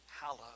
hallowed